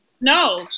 No